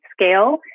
scale